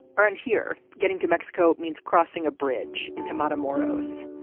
earned here, getting to mexico means crossing a bridge into my tomorrows.